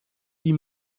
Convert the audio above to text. die